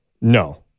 No